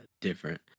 different